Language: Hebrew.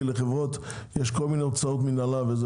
כי לחברות יש הוצאות מנהלה וכו'.